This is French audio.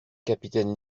capitaine